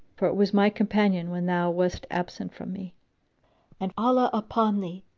for it was my companion when thou west absent from me and, allah upon thee!